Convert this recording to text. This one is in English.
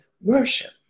worship